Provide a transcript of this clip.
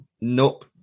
nope